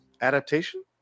Adaptation